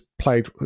played